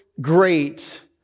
great